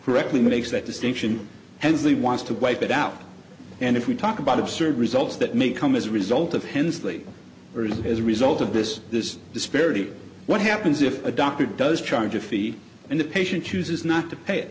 correctly makes that distinction hensley wants to wipe it out and if we talk about absurd results that may come as a result of hensley or as a result of this this disparity what happens if a doctor does charge a fee and the patient chooses not to pay